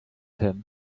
him